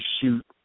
shoot